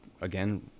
again